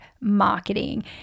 marketing